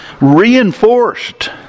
reinforced